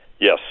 Yes